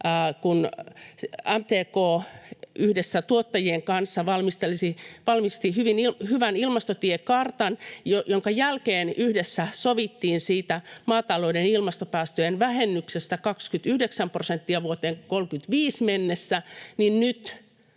kun MTK yhdessä tuottajien kanssa valmisti hyvän ilmastotiekartan, minkä jälkeen yhdessä sovittiin siitä maatalouden ilmastopäästöjen vähennyksestä — 29 prosenttia vuoteen 35 mennessä